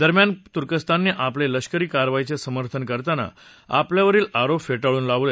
दरम्यान तुर्कस्ताने आपल्या लष्करी कारवाईचे समर्थन करताना आपल्यावरील आरोप फेटाळून लावले